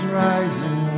rising